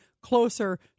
closer